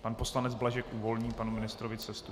Pan poslanec Blažek uvolní panu ministrovi cestu.